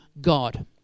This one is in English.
God